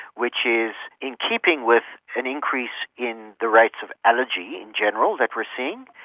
which is in keeping with an increase in the rates of allergy in general that we are seeing,